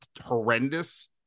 horrendous